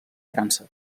frança